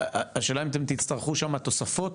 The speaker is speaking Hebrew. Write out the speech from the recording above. השאלה אם אתם תצטרכו שמה תוספות?